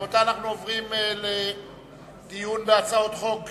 רבותי, אנחנו עוברים לדיון בהצעות חוק